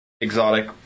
Exotic